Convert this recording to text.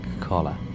collar